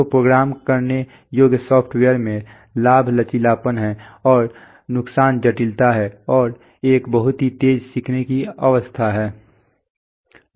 तो प्रोग्राम करने योग्य सॉफ़्टवेयर में लाभ लचीलापन है और नुकसान जटिलता है और एक बहुत ही तेज सीखने की अवस्था है